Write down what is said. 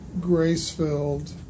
grace-filled